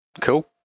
Cool